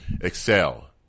excel